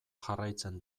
jarraitzen